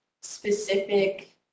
specific